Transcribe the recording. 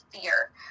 fear